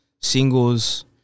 singles